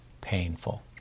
painful